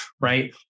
right